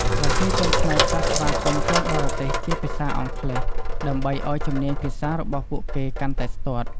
ប្រជាជនខ្មែរខ្លះស្វាគមន៍ជនបរទេសជាភាសាអង់គ្លេស ដើម្បីឲ្យជំនាញភាសារបស់ពួកគេកាន់តែស្ទាត់។